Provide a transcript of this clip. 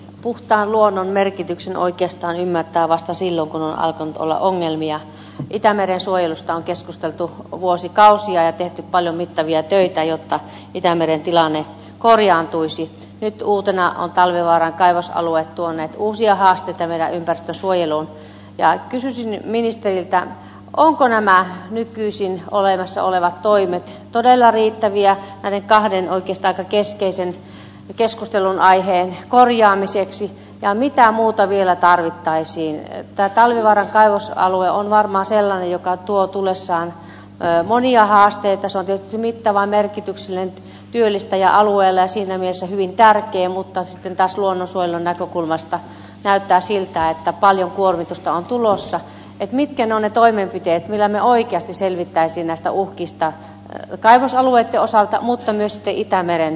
puhtaan luonnon merkityksen oikeastaan ymmärtää vastasi jonkun aikaa olla ongelmia itämeren suojelusta on keskusteltu vuosikausia ja tehty paljon mittavia töitä jotta itämeren tilanne korjaantuisi etuutena on talvivaaran kaivosalue tuonne uusia haasteita ja ympäristönsuojelun ja kysyä ministeriltä onko nämä nykyisin olemassa olevat toimet todella riittäviä näiden kahden altistaa keskeisenä keskustelunaiheen korjaamiseksi ja mitään muuta vielä tarvittaisiin että talvivaaran kaivosalue on varmaan siellä joka tuo tullessaan monia haasteita soitettiin mittava merkityksellinen työllistäjä alueella siinä myös hyvinkääkin mutta se taas luonnonsoijan näkökulmasta näyttää siltä että paljon kuormitusta on tulossa eteni kenone toimenpiteet millä me oikeasti selvittäisi näistä uhkista kaivosalueitten osalta mutta myöskin itämeren